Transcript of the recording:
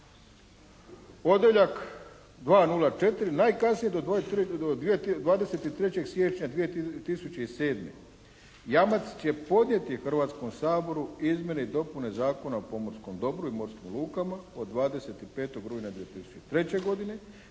"Odjeljak 204, najkasnije do 23. siječnja 2007. jamac će podnijeti Hrvatskom saboru izmjene i dopune Zakona o pomorskom dobru i morskim lukama od 25. rujna 2003. godine